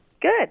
Good